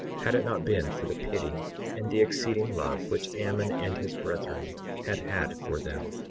had it not been for the pity and the exceeding love which ammon and his brethren had had for them.